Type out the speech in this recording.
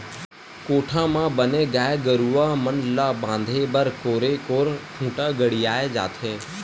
कोठा म बने गाय गरुवा मन ल बांधे बर कोरे कोर खूंटा गड़ियाये जाथे